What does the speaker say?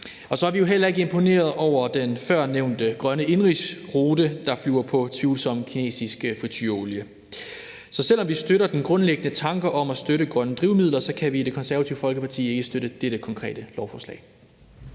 Og så er vi jo heller ikke imponerede over den førstnævnte grønne indenrigsrute, der flyver på tvivlsom kinesisk fritureolie. Så selv om vi støtter den grundlæggende tanke om at støtte grønne drivmidler, kan vi i Det Konservative Parti ikke støtte dette konkrete lovforslag.